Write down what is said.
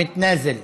מתנאזל,